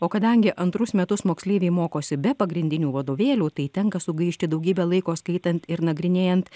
o kadangi antrus metus moksleiviai mokosi be pagrindinių vadovėlių tai tenka sugaišti daugybę laiko skaitant ir nagrinėjant